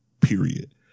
period